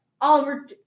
Oliver